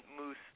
moose